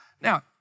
Now